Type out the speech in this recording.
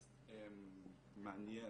--- מעניין.